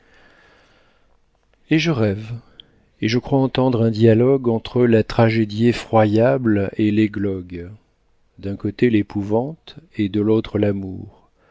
et je rêve et je crois entendre un dialogue entre la tragédie effroyable et l'églogue d'un côté l'épouvante et de l'autre l'amour